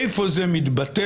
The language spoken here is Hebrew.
איפה זה מתבטא?